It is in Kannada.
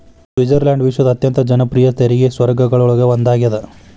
ಸ್ವಿಟ್ಜರ್ಲೆಂಡ್ ವಿಶ್ವದ ಅತ್ಯಂತ ಜನಪ್ರಿಯ ತೆರಿಗೆ ಸ್ವರ್ಗಗಳೊಳಗ ಒಂದಾಗ್ಯದ